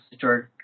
George